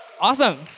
Awesome